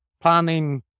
planning